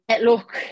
Look